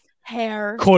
hair